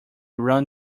run